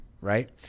right